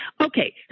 okay